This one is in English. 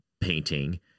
painting